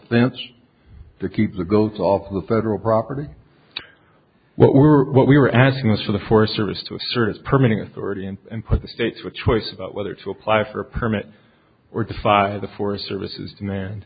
fence to keep the goats off the federal property what we're what we're asking is for the forest service to assure its permitting authority and put the states with choice about whether to apply for a permit or defy the forest service is deman